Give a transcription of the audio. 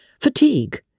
Fatigue